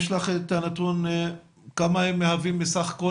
יש לך הנתון כמה הם מהווים מסך כל